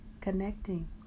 connecting